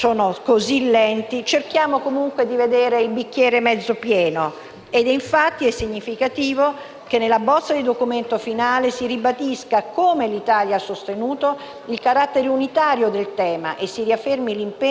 È infatti significativo che nella bozza di documento finale si ribadisca, come l'Italia ha sostenuto, il carattere unitario del tema e si riaffermi l'impegno a favore di un approccio globale dell'Unione europea alla migrazione.